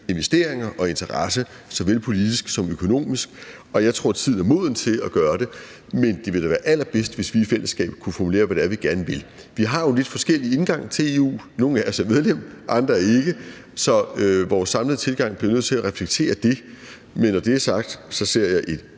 investeringer og interesse såvel politisk som økonomisk, og jeg tror, tiden er moden til at gøre det. Men det ville da være allerbedst, hvis vi i fællesskab kunne formulere, hvad det er, vi gerne vil. Vi har jo lidt forskellig indgang til EU: Nogle af os er medlemmer, andre er ikke, så vores samlede tilgang bliver nødt til at reflektere det. Men når det er sagt, ser jeg et